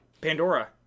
pandora